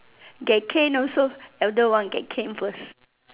get caned also elder one get caned first